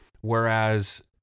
Whereas